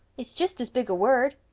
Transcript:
it's just as big a word.